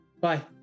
Bye